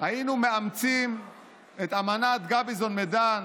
היינו מאמצים את אמנת גביזון-מדן,